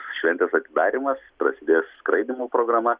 šventės atidarymas prasidės skraidymo programa